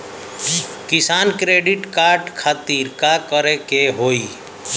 किसान credit card खातिर का करे के होई?